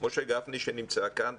משה גפני שנמצא כאן,